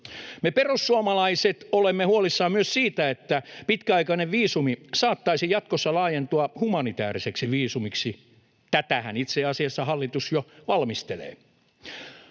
Me perussuomalaiset olemme huolissamme myös siitä, että pitkäaikainen viisumi saattaisi jatkossa laajentua humanitääriseksi viisumiksi. Tätähän itse asiassa hallitus jo valmistelee.